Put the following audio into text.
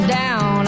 down